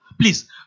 Please